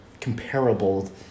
comparable